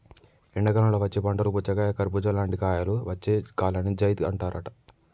ఎండాకాలంలో వచ్చే పంటలు పుచ్చకాయ కర్బుజా లాంటి కాయలు వచ్చే కాలాన్ని జైద్ అంటారట